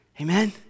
Amen